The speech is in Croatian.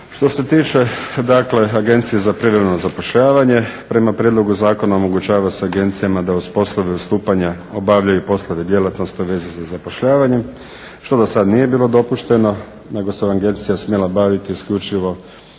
Što se tiče Agencije za privremeno zapošljavanje, prema prijedlogu zakona omogućava se agencijama da uz poslove ustupanja obavljaju i poslove djelatnosti … za zapošljavanjem što dosad nije bilo dopušteno nego se Agencija smjela baviti isključivo